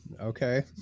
okay